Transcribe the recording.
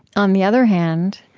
on the other hand,